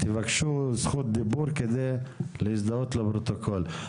תבקשו זכות דיבור כדי להזדהות לפרוטוקול.